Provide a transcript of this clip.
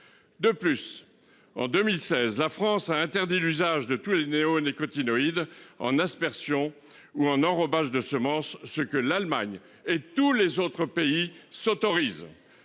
De plus en 2016, la France a interdit l'usage de tous les néonicotinoïdes en aspersion ou en enrobage de semences, ce que l'Allemagne et tous les autres pays s'autorise.